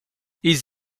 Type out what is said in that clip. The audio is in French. ils